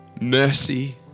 mercy